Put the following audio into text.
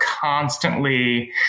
constantly